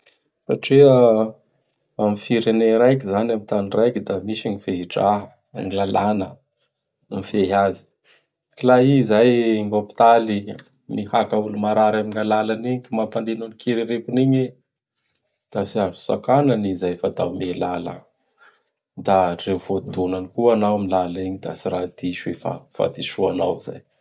Satria am firenea raiky zany, am tany raiky da misy ny fehidraha, ny lalàna mifehy azy. Ka laha i izay gn' hôpitaly mihaka gn olo marary am alalanin'igny ka mampaneno ny kiririokin'igny i; da tsy azo sakana an'i izay fa da ome lala. Da ndre voadonany koa anao amin'ny lala egny da tsy raha diso i fa fahadisoanao zay.